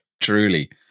Truly